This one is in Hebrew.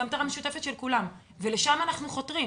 זו המטרה המשותפת של כולם ולשם אנחנו חותרים.